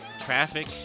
traffic